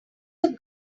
your